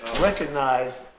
recognize